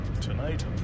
Tonight